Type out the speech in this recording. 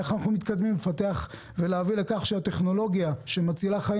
לפתח ולהביא לכך שהטכנולוגיה שמצילה חיים